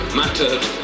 mattered